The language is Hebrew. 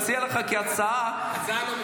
אני מציע לך כהצעה -- ההצעה לא מתקבלת.